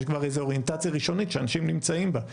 יש כבר אוריינטציה ראשונית שאנשים נמצאים בה,